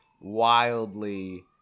wildly